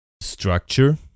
structure